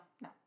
no